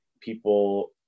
people